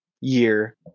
year